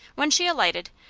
when she alighted,